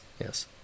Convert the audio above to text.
Yes